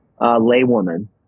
laywoman